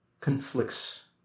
conflicts